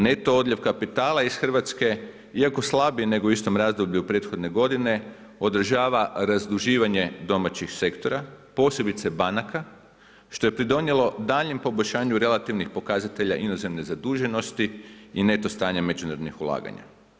Neto odljev kapitala iz Hrvatske iako slabiji nego u istom razdoblju prethodne godine odražava razduživanje domaćih sektora posebice banaka što je pridonijelo daljnjem poboljšanju relativnih pokazatelja inozemne zaduženosti i neto stanja međunarodnih ulaganja.